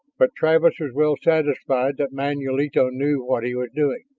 but travis was well satisfied that manulito knew what he was doing.